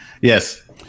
yes